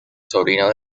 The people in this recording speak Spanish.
sobrino